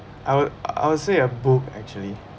I would I would say I have both actually